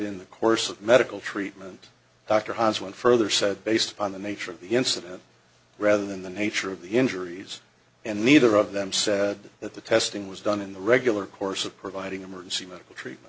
in the course of medical treatment dr hans went further said based on the nature of the incident rather than the nature of the injuries and neither of them said that the testing was done in the regular course of providing emergency medical treatment